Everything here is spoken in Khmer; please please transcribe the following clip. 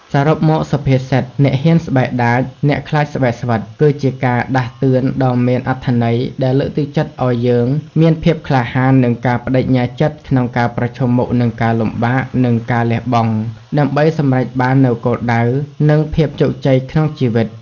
សរុបមក សុភាសិត អ្នកហ៊ានស្បែកដាច អ្នកខ្លាចស្បែកស្វិត គឺជាការដាស់តឿនដ៏មានអត្ថន័យដែលលើកទឹកចិត្តឲ្យយើងមាន ភាពក្លាហាន និងការប្តេជ្ញាចិត្ត ក្នុងការប្រឈមមុខនឹងការលំបាក និងការលះបង់ ដើម្បីសម្រេចបាននូវគោលដៅ និងភាពជោគជ័យក្នុងជីវិត។